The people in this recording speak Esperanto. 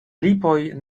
lipoj